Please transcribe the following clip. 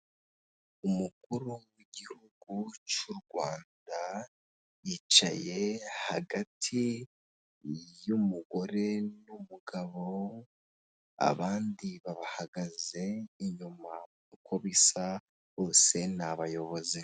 Umukuru w'igihugu cy'u Rwanda, yicaye hagati y'umugore n'umugabo abandi babahagaze inyuma uko bisa bose ni abayobozi.